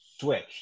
switch